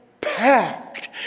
packed